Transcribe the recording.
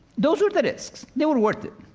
those were the risks. they were worth it.